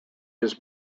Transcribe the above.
his